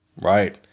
right